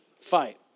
fight